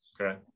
Okay